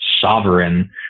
sovereign